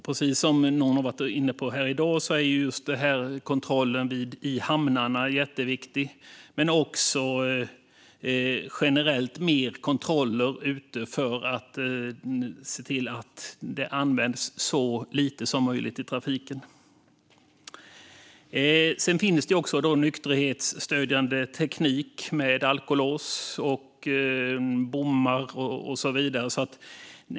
Precis som någon var inne på tidigare i dag är kontrollen vid hamnarna jätteviktig, men vi behöver också generellt mer kontroller ute för att se till att alkohol och droger används så lite som möjligt i trafiken. Det finns också nykterhetsstödjande teknik med alkolås, bommar och så vidare.